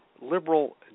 liberal